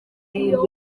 piyo